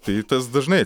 tai tas dažnai